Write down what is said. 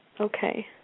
Okay